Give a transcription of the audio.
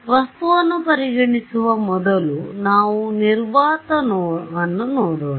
ವಸ್ತುವನ್ನು ಪರಿಗಣಿಸಿವ ಮೊದಲು ನಾವು ನಿರ್ವಾತವನ್ನು ನೋಡೋಣ